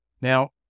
Now